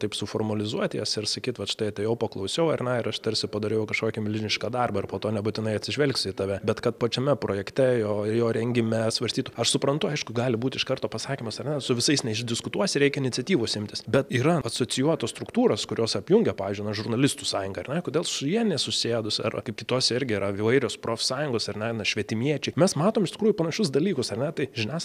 taip suformalizuot jas ir sakyt vat štai atėjau paklausiau ar ne ir aš tarsi padariau kažkokį milžinišką darbą ir po to nebūtinai atsižvelgsiu į tave bet kad pačiame projekte jo jo rengime svarstytų aš suprantu aišku gali būt iš karto pasakymas ar ne su visais neišdiskutuosi reikia iniciatyvos imtis bet yra asocijuotos struktūros kurios apjungia pavyzdžiui na žurnalistų sąjunga ar ne kodėl su ja nesusėdus ar kaip kitose irgi yra įvairios profsąjungos ar ne na švietimiečiai mes matom iš tikrųjų panašius dalykus ar ne tai žinias